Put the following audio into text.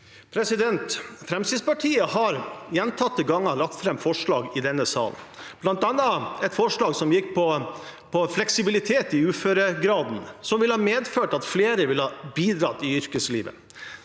Frem- skrittspartiet har gjentatte ganger lagt fram forslag i denne sal, bl.a. et forslag som gikk ut på fleksibilitet i uføregraden, som ville medført at flere hadde bidratt i yrkeslivet